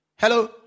Hello